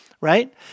right